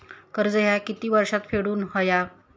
कर्ज ह्या किती वर्षात फेडून हव्या?